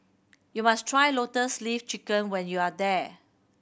you must try Lotus Leaf Chicken when you are there